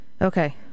Okay